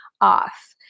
off